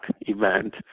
event